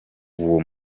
uwo